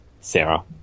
Sarah